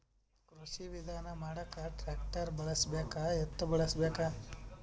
ಕೃಷಿ ವಿಧಾನ ಮಾಡಾಕ ಟ್ಟ್ರ್ಯಾಕ್ಟರ್ ಬಳಸಬೇಕ, ಎತ್ತು ಬಳಸಬೇಕ?